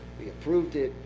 we approved it,